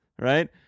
right